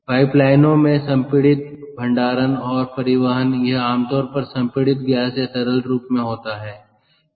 पाइपलाइनों में संपीड़ित भंडारण और परिवहन वह आमतौर पर संपीड़ित गैस या तरल रूप में होता है